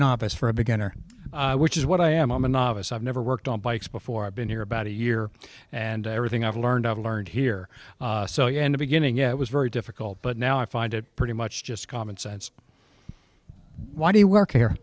novice for a beginner which is what i am a novice i've never worked on bikes before i've been here about a year and everything i've learned of learned here so you and a beginning it was very difficult but now i find it pretty much just common sense why do you work